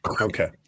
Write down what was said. okay